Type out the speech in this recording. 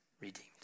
redeemed